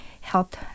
help